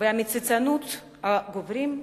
והמציצנות הגוברים,